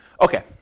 Okay